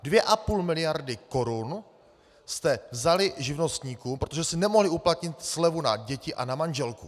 Dvě a půl miliardy korun jste vzali živnostníkům, protože si nemohli uplatnit slevu na děti a na manželku.